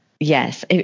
Yes